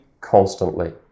constantly